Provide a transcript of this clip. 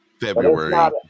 February